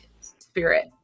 spirit